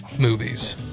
movies